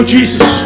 Jesus